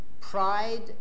pride